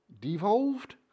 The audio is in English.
devolved